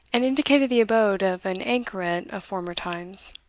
and indicated the abode of an anchoret of former times.